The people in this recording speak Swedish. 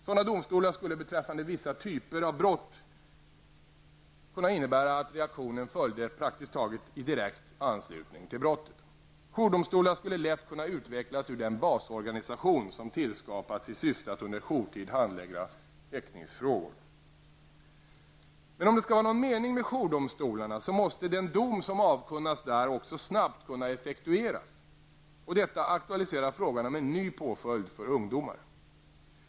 Sådana domstolar skulle beträffande vissa typer av brott kunna innebära att reaktionen följde praktiskt taget i direkt anslutning till brottet. Jourdomstolar skulle lätt kunna utvecklas ur den basorganisation som tillskapats i syfte att under jourtid handlägga häktningsfrågor. Men om det skall vara någon mening med jourdomstolarna, måste den dom som avkunnas där också snabbt kunna effektueras. Detta aktualiserar frågan om en ny påföljd för ungdomar.